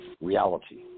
reality